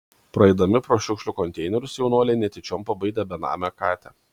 praeidami pro šiukšlių konteinerius jaunuoliai netyčiom pabaidė benamę katę